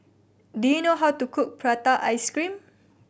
do you know how to cook prata ice cream